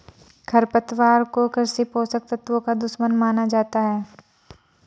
खरपतवार को कृषि पोषक तत्वों का दुश्मन माना जाता है